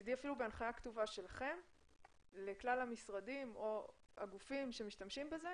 מצדי אפילו בהנחיה כתובה שלכם לכלל המשרדים או הגופים שמשתמשים בזה